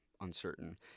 uncertain